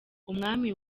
umwami